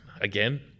again